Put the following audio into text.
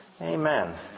Amen